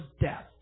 death